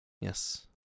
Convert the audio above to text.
Yes